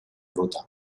ruta